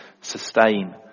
sustain